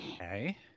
Okay